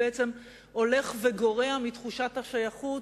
בעצם הולך וגורע מתחושת השייכות,